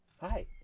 Hi